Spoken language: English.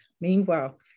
Meanwhile